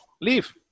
leave